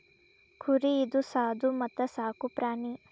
ಕುರಿ ಇದು ಸಾದು ಮತ್ತ ಸಾಕು ಪ್ರಾಣಿ